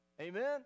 Amen